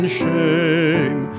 shame